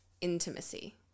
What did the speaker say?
intimacy